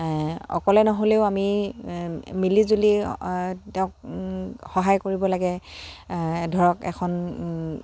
অকলে নহ'লেও আমি মিলিজুলি তেওঁক সহায় কৰিব লাগে ধৰক এখন